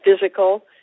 physical